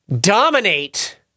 dominate